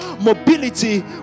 mobility